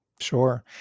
Sure